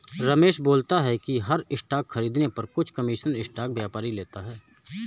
रमेश बोलता है कि हर स्टॉक खरीदने पर कुछ कमीशन स्टॉक व्यापारी लेता है